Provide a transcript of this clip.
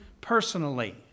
personally